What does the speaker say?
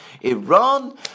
Iran